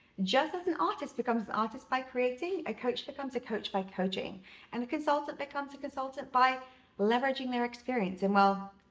just as an artist becomes an artist by creating, a coach becomes a coach by coaching and a consultant becomes a consultant by leveraging their experience and, well,